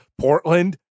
Portland